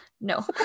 no